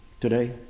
today